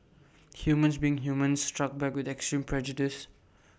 humans being humans struck back with extreme prejudice